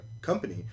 company